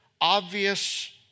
obvious